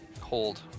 hold